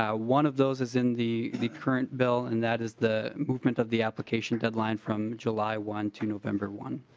ah one of those is in the the current bill and that is the movement of the application deadline from july one to november one.